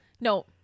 No